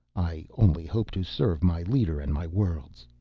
i only hope to serve my leader and my worlds.